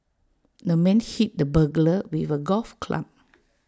the man hit the burglar with A golf club